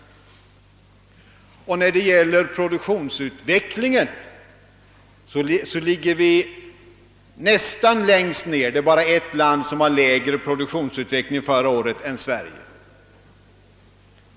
När det gäller produktionsutvecklingen ligger vi nästan längst ner. Det är bara ett land som har lägre produktionsutveckling än Sverige förra året.